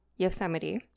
Yosemite